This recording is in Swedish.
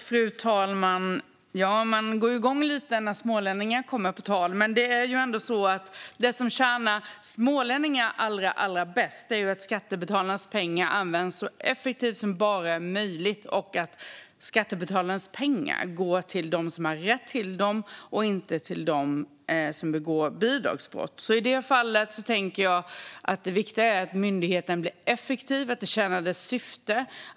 Fru talman! Ja, man går ju igång lite när smålänningar kommer på tal. Men det som tjänar smålänningar allra bäst är att skattebetalarnas pengar används så effektivt som möjligt och att skattebetalarnas pengar går till dem som har rätt till dem - inte till dem som begår bidragsbrott. I det här fallet tänker jag att det viktiga är att myndigheten blir effektiv och uppnår sitt syfte.